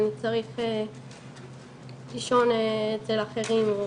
אני צריך לישון אצל אחרים.